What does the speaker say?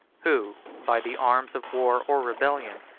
who, by the arms of war or rebellion,